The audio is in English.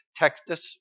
Textus